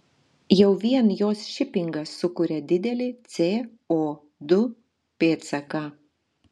jau vien jos šipingas sukuria didelį co du pėdsaką